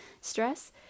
stress